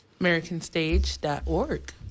AmericanStage.org